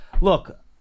Look